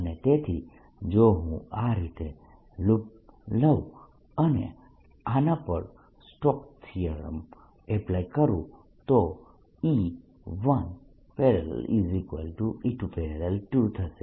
અને તેથી જો હું આ રીતે લૂપ લઉં અને આના પર Stokes theorem Stokes' theorem apply કરું તો Ell 1 Ell 2 થશે